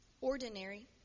ordinary